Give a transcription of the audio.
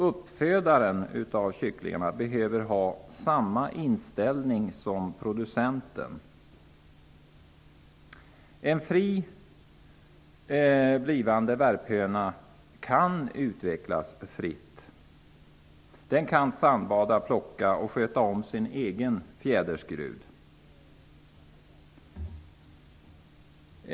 Uppfödaren av kycklingar måste ha samma inställning som producenten. En fri blivande värphöna kan utvecklas fritt. Den kan sandbada, plocka och sköta om sin egen fjäderskrud.